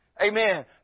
amen